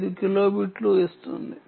5 కిలోబిట్లు ఇస్తుంది